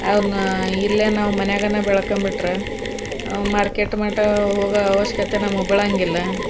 ಅವನ್ನ ಇಲ್ಲೆ ನಾವು ಮನಿಯಾಗೆನೆ ಬೆಳ್ಕಂಬಿಟ್ರೆ ಮಾರ್ಕೆಟ್ ಮಟ ಹೋಗೋ ಅವಶ್ಯಕತೆ ನಮುಗೆ ಬೀಳೊಂಗಿಲ್ಲ